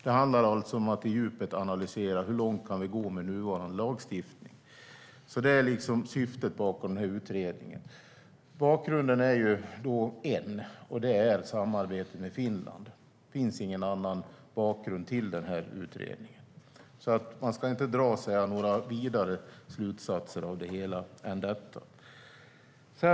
Det handlar om att i djupet analysera hur långt vi kan gå med nuvarande lagstiftning. Det är syftet med utredningen. Bakgrunden är en: samarbetet med Finland. Det finns ingen annan bakgrund till den här utredningen. Man ska alltså inte dra några vidare slutsatser av det hela.